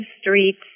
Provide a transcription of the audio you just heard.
streets